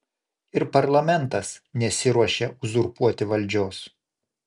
ir parlamentas nesiruošia uzurpuoti valdžios